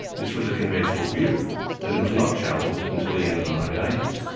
this was a conventional view and it was not challenged until the end of the nineteen eighty s.